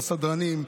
לסדרנים,